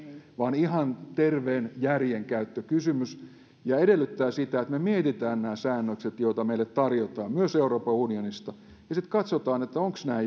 vaan ihan terveen järjenkäytön kysymys se edellyttää sitä että me mietimme nämä säännökset joita meille tarjotaan myös euroopan unionista ja sitten katsotaan ovatko nämä